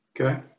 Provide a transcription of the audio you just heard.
Okay